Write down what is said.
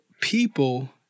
people